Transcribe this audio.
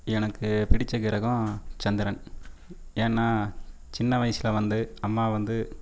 எனக்கு பிடித்த கிரகம் சந்திரன் ஏன்னா சின்ன வயசில வந்து அம்மா வந்து